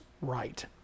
right